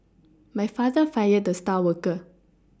my father fired the star worker